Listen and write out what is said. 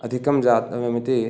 अधिकं ज्ञातव्यम् इति